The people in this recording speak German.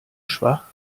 schwach